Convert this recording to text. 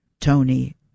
Tony